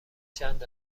چند